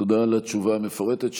תודה על התשובה המפורטת.